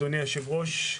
אדוני היושב-ראש,